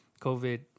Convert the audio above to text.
COVID